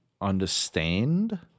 understand